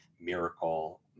miracle